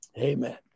Amen